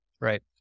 right